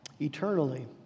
eternally